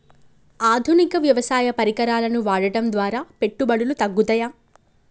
ఆధునిక వ్యవసాయ పరికరాలను వాడటం ద్వారా పెట్టుబడులు తగ్గుతయ?